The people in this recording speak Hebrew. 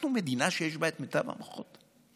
אנחנו מדינה שיש בה מיטב המוחות,